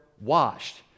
washed